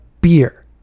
beer